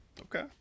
Okay